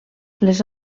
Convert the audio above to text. les